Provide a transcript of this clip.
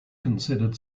considered